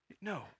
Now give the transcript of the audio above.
no